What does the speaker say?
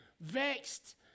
vexed